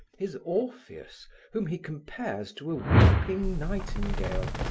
his orpheus whom he compares to a weeping nightingale,